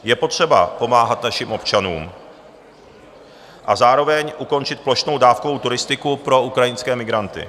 Je potřeba pomáhat našim občanům a zároveň ukončit plošnou dávkovou turistiku pro ukrajinské migranty.